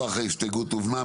רוח ההסתייגות הובנה.